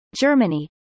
Germany